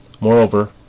Moreover